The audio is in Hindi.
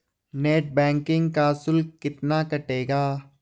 नेट बैंकिंग का शुल्क कितना कटेगा?